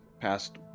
past